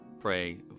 pray